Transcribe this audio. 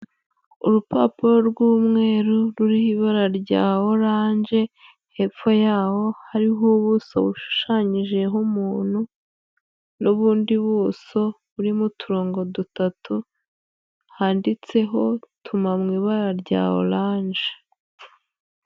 Urupapuro rw'umweru ruriho ibara rya oranje, hepfo yawo hariho ubuso bushushanyijeho umuntu, n'ubundi buso burimo uturongo dutatu handitseho "Tuma" mu ibara rya oranje.